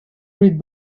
great